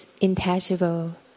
intangible